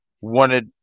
wanted